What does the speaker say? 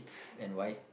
and why